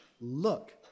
look